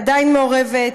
עדיין מעורבת,